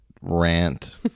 rant